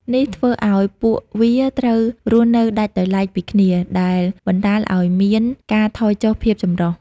នេះធ្វើឱ្យពួកវាត្រូវរស់នៅដាច់ដោយឡែកពីគ្នា ដែលបណ្តាលឱ្យមាន ការថយចុះភាពចម្រុះ។